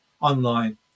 online